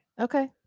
Okay